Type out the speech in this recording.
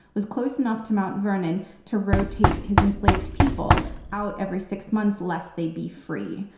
was close enough to mount vernon to rotate his enslaved people out every six months lest they be free,